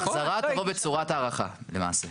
ההחזרה תבוא בצורת הארכה, למעשה.